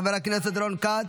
חבר הכנסת רון כץ,